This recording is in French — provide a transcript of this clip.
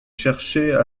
chercher